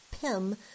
Pym